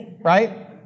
right